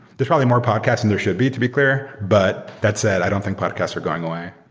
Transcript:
there's probably more podcast than there should be, to be clear. but that said, i don't think podcasts are going away.